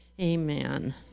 Amen